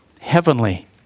heavenly